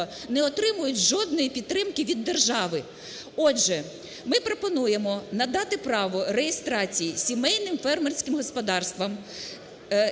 не отримують жодної підтримки від держави. Отже, ми пропонуємо надати право реєстрації сімейним фермерським господарствам